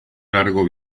largo